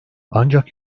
ancak